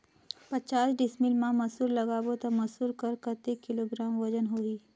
पचास डिसमिल मा मसुर लगाबो ता मसुर कर कतेक किलोग्राम वजन होही?